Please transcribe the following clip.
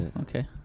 Okay